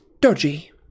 dodgy